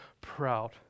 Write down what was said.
proud